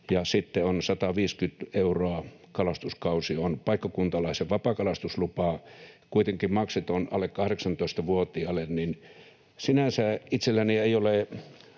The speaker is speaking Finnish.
ja sitten 150 euroa kalastuskausi on paikkakuntalaisen vapakalastuslupa, kuitenkin maksuton alle 18-vuotiaille. Sinänsä itselläni ei ole